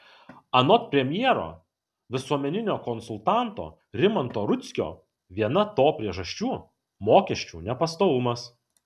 anot premjero visuomeninio konsultanto rimanto rudzkio viena to priežasčių mokesčių nepastovumas